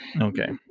Okay